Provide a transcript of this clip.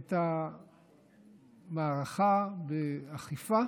את המערכה באכיפה